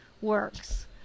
works